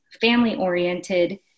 family-oriented